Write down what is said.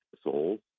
souls